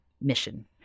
mission